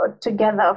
together